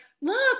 look